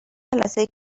جلسه